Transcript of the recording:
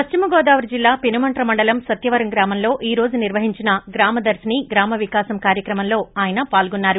పశ్చిమ గోదావరి జిల్లా పెనుమంట్ర మండలం సత్యవరం గ్రామంలో ఈ రోజు నిర్వహించిన గ్రామ దర్శిని గ్రామ వికాశం కార్యక్రమంలో ఆయన పాల్గొన్నారు